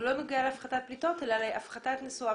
הוא לא נוגע להפחתת פליטות אלא להפחתת נסועה.